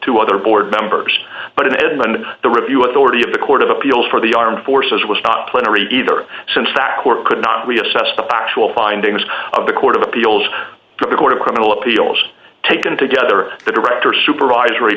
two other board members but in edmonton the review authority of the court of appeals for the armed forces was not plenary either since that court could not reassessed the factual findings of the court of appeals to the court of criminal appeals taken together the director supervisory